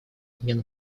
обмен